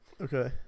Okay